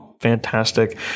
fantastic